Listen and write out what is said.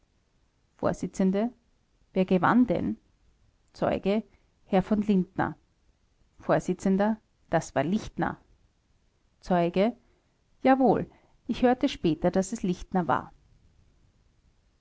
vors wer gewann denn zeuge herr v lindner vors das war lichtner zeuge jawohl ich hörte später daß es lichtner war